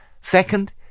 Second